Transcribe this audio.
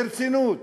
ברצינות,